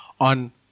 on